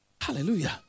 Hallelujah